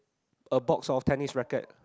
a box of tennis rackets